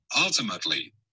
Ultimately